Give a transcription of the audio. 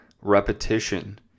repetition